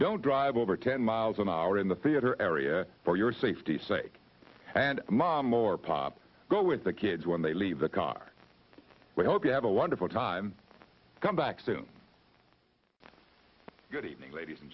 don't drive over ten miles an hour in the theater area for your safety's sake and mom or pop go with the kids when they leave the car we hope you have a wonderful time come back soon good evening ladies and